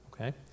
Okay